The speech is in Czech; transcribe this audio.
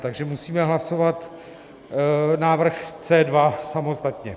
Takže musíme hlasovat návrh C2 samostatně.